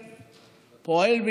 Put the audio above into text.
באמת,